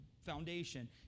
foundation